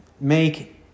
make